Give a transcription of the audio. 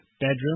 bedroom